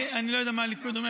אני לא יודע מה הליכוד אומר.